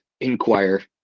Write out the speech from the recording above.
inquire